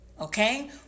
okay